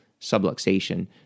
subluxation